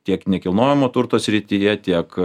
tiek nekilnojamo turto srityje tiek